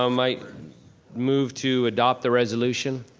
um mike moved to adopt the resolution.